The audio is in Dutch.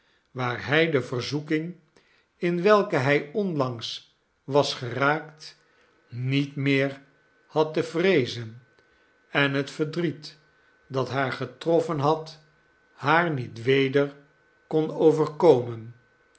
waar hij de verzoeking in welke hij onlangs was geraakt niet meer had te vreezen en het verdriet dat haar getroffen had haar niet weder kon overkomen